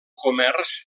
comerç